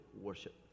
worship